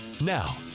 Now